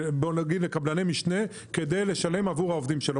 לקבלני משנה כדי לשלם עבור העובדים שלו?